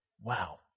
Wow